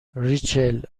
ریچل